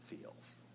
feels